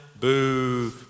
Boo